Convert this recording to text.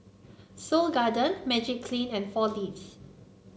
Seoul Garden Magiclean and Four Leaves